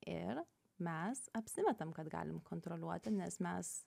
ir mes apsimetam kad galim kontroliuoti nes mes